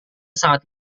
sangat